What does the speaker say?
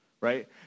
right